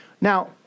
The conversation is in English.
Now